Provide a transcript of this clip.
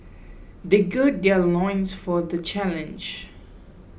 they gird their loins for the challenge